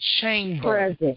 chamber